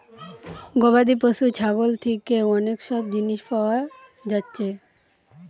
গবাদি পশু ছাগল থিকে অনেক সব জিনিস পায়া যাচ্ছে